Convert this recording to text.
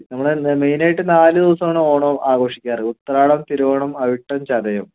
നമ്മൾ മെയിൻ ആയിട്ട് നാല് ദിവസമാണ് ഓണം ആഘോഷിക്കാറ് ഉത്രാടം തിരുവോണം അവിട്ടം ചതയം